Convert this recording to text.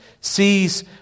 sees